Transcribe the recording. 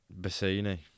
Bassini